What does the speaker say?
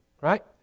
right